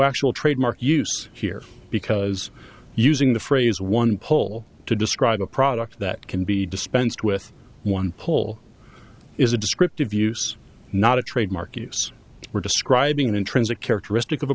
actual trademark use here because using the phrase one poll to describe a product that can be dispensed with one pull is a descriptive use not a trademark use we're describing an intrinsic characteristic of a